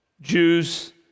Jews